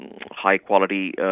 high-quality